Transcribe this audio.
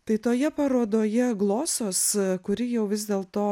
tai toje parodoje glosos kuri jau vis dėlto